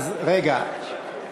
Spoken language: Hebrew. אם כן, הצעת חוק